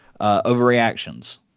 Overreactions